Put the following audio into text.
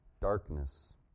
darkness